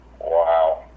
Wow